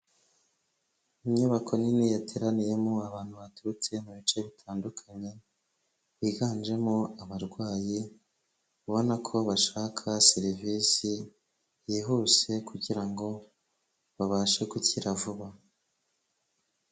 Inyubako nini yateraniyemo abantu baturutse mu bice bitandukanye, biganjemo abarwayi ubona ko bashaka serivisi yihuse kugira ngo babashe gukira vuba.